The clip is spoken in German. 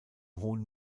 hohen